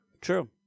true